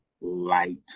light